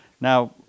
Now